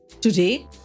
Today